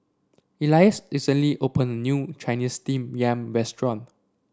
Elias recently opened a new Chinese Steamed Yam restaurant